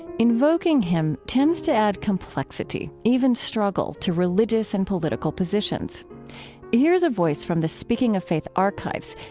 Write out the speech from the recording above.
invoking him tends to add complexity, even struggle, to religious and political positions here's a voice from the speaking of faith archives,